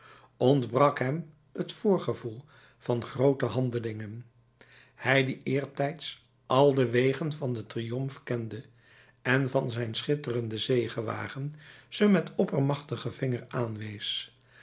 ontbrak hem het voorgevoel van groote handelingen hij die eertijds al de wegen van den triomf kende en van zijn schitterenden zegewagen ze met oppermachtigen vinger aanwees